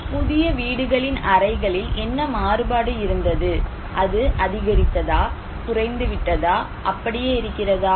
புதிய வீடுகளின் அறைகளில் என்ன மாறுபாடு இருந்தது அது அதிகரித்ததா குறைந்துவிட்டதா அப்படியே இருக்கிறதா